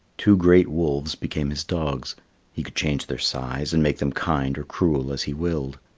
two great wolves became his dogs he could change their size and make them kind or cruel as he willed.